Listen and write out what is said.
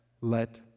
let